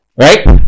right